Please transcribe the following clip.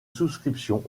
souscription